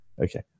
Okay